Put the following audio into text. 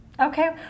Okay